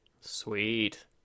Sweet